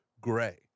gray